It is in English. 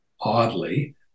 oddly